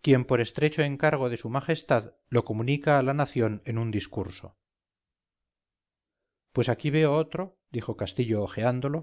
quien por estrecho encargo de s m lo comunica a la nación en un discurso pues aquí veo otro dijo castillo hojeándolo